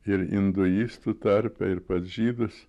ir induistų tarpe ir pas žydus